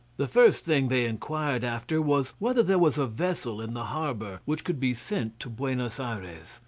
the first thing they inquired after was whether there was a vessel in the harbour which could be sent to buenos ayres.